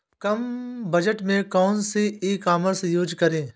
कम budget में कौन सी ई कॉमर्स यूज़ करें?